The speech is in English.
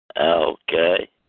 Okay